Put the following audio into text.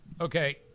Okay